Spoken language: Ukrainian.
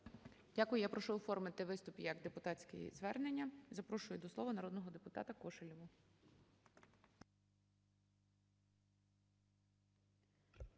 Дякую. Я прошу оформити виступ як депутатське звернення. Запрошую до слова народного депутата Кошелєву.